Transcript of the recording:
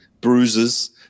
bruises